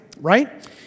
Right